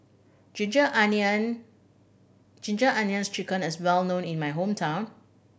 ginger onion Ginger Onions Chicken is well known in my hometown